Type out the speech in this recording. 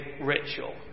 ritual